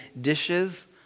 dishes